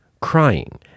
crying